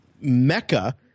mecca